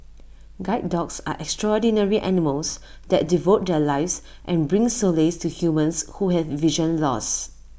guide dogs are extraordinary animals that devote their lives and bring solace to humans who have vision loss